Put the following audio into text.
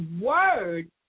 word